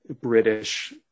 British